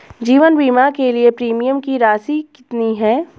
जीवन बीमा के लिए प्रीमियम की राशि कितनी है?